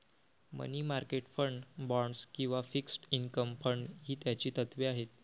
मनी market fund, bonds किंवा fixed income fund ही त्याची तत्त्वे आहेत